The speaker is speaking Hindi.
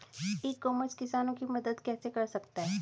ई कॉमर्स किसानों की मदद कैसे कर सकता है?